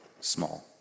small